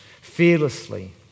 fearlessly